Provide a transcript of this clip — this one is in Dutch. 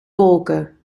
wolken